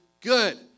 good